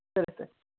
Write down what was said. ಸರಿ ಸರ್